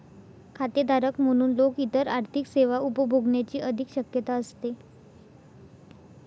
खातेधारक म्हणून लोक इतर आर्थिक सेवा उपभोगण्याची अधिक शक्यता असते